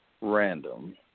random